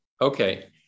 Okay